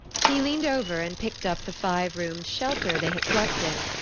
he leaned over and picked up the five-roomed shelter they had slept in.